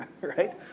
Right